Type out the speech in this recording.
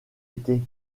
été